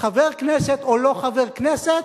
חבר כנסת או לא חבר כנסת,